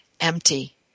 empty